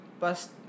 past